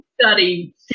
Study